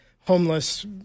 homeless